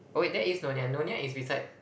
oh wait that is Nyonya Nyonya is beside